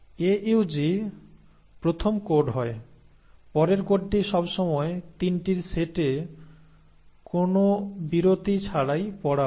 AUG প্রথম code হয় পরের কোডটি সবসময় 3 টির সেটে কোনও বিরতি ছাড়াই পড়া হয়